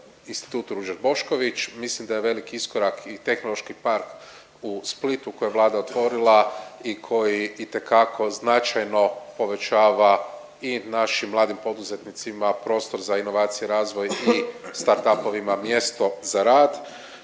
Institut Ruđer Bošković. Mislim da je veliki iskorak i Tehnološki park u Splitu koji je Vlada otvorila i koji itekako značajno povećava i našim mladim poduzetnicima prostor za inovacije, razvoj i startupovima mjesto za rad.